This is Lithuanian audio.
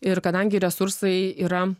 ir kadangi resursai yra